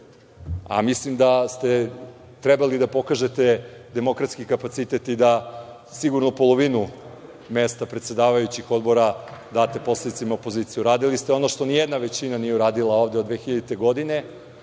Mislim, da ste trebali da pokažete demokratski kapacitet i da sigurno polovinu mesta predsedavajućih odbora date poslanicima opozicije. Uradili ste ono što ni jedna većina nije uradila ovde od 2000. godine.